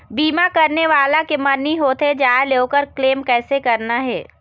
बीमा करने वाला के मरनी होथे जाय ले, ओकर क्लेम कैसे करना हे?